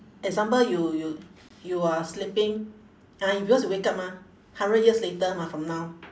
example you you you are sleeping ah because you wake up mah hundred years later mah from now